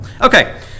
Okay